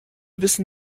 wissen